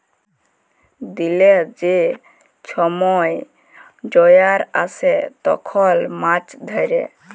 দিলের যে ছময় জয়ার আসে তখল মাছ ধ্যরে